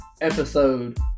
Episode